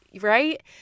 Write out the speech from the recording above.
right